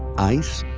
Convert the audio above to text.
ice,